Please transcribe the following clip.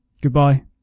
Goodbye